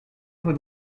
would